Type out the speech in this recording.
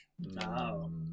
No